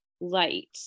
light